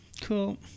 Cool